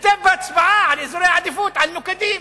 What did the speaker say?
השתתף בהצבעה על אזורי העדיפות על נוקדים